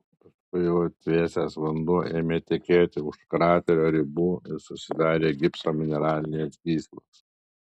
paskui jau atvėsęs vanduo ėmė tekėti už kraterio ribų ir susidarė gipso mineralinės gyslos